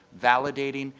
validating,